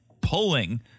pulling